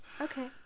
okay